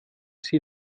sie